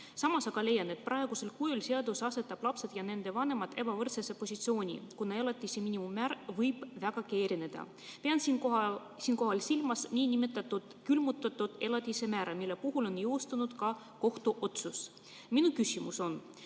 Samas leian, et praegusel kujul asetab seadus lapsed ja nende vanemad ebavõrdsesse positsiooni, kuna elatise miinimummäär võib vägagi erineda. Pean siinkohal silmas nn külmutatud elatise määra, mille puhul on jõustunud kohtuotsus. Minu küsimus on: